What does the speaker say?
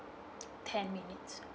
ten minutes